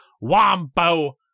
Wombo